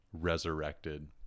resurrected